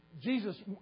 Jesus